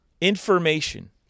information